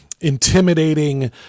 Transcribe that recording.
intimidating